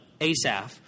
Asaph